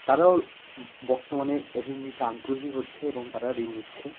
তারাও বর্তমানে ঋণ নিতে আগ্রহী হচ্ছে এবং তারা ঋণ নিচ্ছে